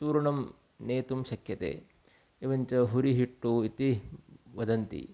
चूर्णं नेतुं शक्यते एवञ्च हुरिहिट्टु इति वदन्ति